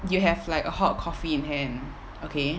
you have like a hot coffee in hand okay